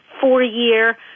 four-year